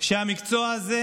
שהמקצוע הזה